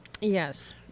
Yes